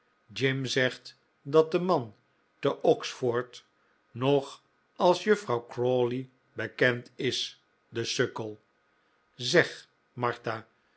jim zegt dat de man te oxford nog als juffrouw crawley bekend is de sukkel zeg martha